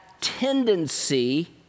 tendency